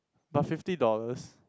but fifty dollars